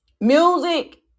music